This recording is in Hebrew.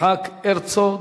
יצחק הרצוג,